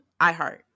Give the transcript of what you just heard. iHeart